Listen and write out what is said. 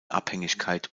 abhängigkeit